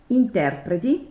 interpreti